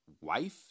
wife